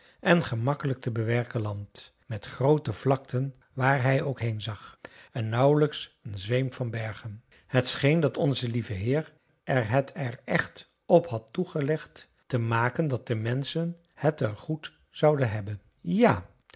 en gemakkelijk te bewerken land met groote vlakten waar hij ook heen zag en nauwelijks een zweem van bergen t scheen dat onze lieve heer er het er echt op had toegelegd te maken dat de menschen het er goed zouden hebben ja